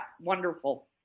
wonderful